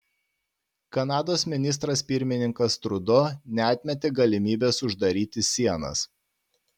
kanados ministras pirmininkas trudo neatmetė galimybės uždaryti sienas